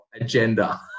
Agenda